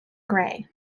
gray